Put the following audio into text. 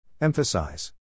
Emphasize